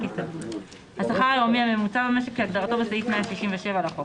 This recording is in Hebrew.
הסתגלות; "השכר היומי הממוצע במשק" כהגדרתו בסעיף 167 לחוק,